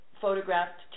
photographed